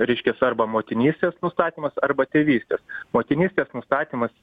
reiškias arba motinystės nustatymas arba tėvystės motinystės nustatymas